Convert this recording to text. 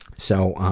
so,